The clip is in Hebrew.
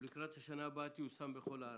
ולקראת השנה הבאה תיושם בכל הארץ.